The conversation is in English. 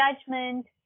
judgment